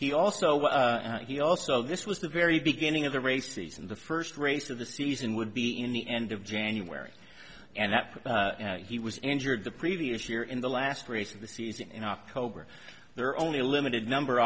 he also he also this was the very beginning of the races and the first race of the season would be in the end of january and that he was injured the previous year in the last race of the season in october there are only a limited number